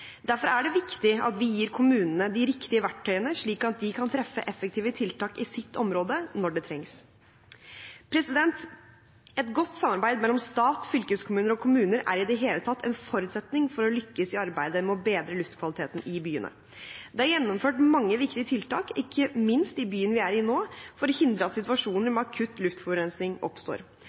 Derfor er det viktig at vi gir kommunene de riktige verktøyene, slik at de kan treffe effektive tiltak i sitt område når det trengs. Et godt samarbeid mellom stat, fylkeskommuner og kommuner er i det hele tatt en forutsetning for å lykkes i arbeidet med å bedre luftkvaliteten i byene. Det er gjennomført mange viktige tiltak, ikke minst i byen vi er i nå, for å hindre at situasjonen med akutt luftforurensning oppstår.